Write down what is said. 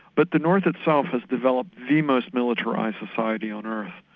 but the north itself has developed the most militarised society on earth.